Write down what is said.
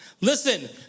Listen